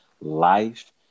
life